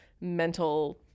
mental